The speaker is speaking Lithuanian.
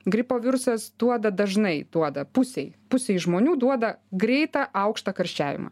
gripo virusas duoda dažnai duoda pusei pusei žmonių duoda greitą aukštą karščiavimą